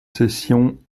cession